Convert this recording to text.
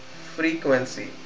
frequency